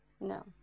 No